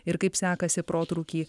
ir kaip sekasi protrūkį